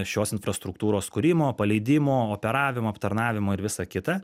šios infrastruktūros kūrimo paleidimo operavimo aptarnavimo ir visa kita